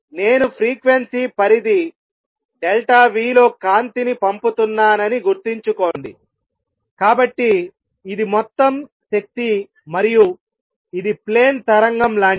నేను ఫ్రీక్వెన్సీ పరిధి లో కాంతిని పంపుతున్నానని గుర్తుంచుకోండి కాబట్టి ఇది మొత్తం శక్తి మరియు ఇది ప్లేన్ తరంగం లాంటిది